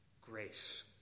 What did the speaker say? grace